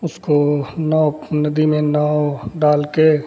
उसको नाव नदी में नाव डाल कर